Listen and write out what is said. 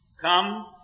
Come